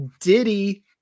diddy